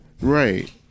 Right